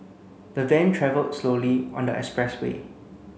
the van travelled slowly on the expressway